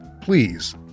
please